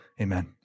Amen